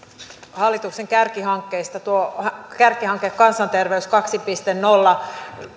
hallituksen kärkihankkeista tuo kärkihanke kansanterveys kaksi piste nolla